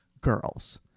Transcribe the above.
girls